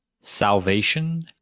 Salvation